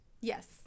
Yes